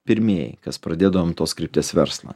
pirmieji kas pradėdavom tos krypties verslą